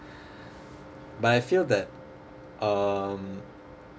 but I feel that um